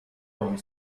agli